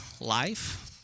life